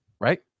right